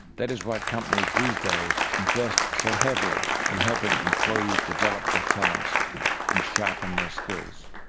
that is why companies these days invest so heavily in helping employees develop their talents and sharpen their skills.